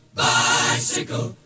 bicycle